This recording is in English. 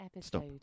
stop